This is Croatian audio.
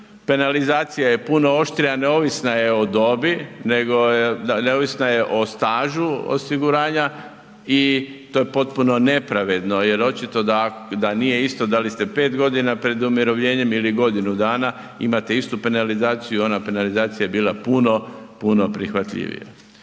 penalizacija je puno oštrija neovisna je o dobi, nego neovisna je o stažu osiguranja i to je potpuno nepravedno jer očito da nije isto da li ste 5 godina pred umirovljenjem ili godinu dana, imate istu penalizaciju i ona penalizacija je bila puno, puno prihvatljivija.